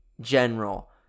general